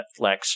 Netflix